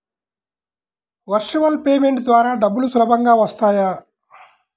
Virtual payment ద్వారా డబ్బులు సులభంగా వస్తాయా?